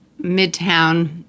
midtown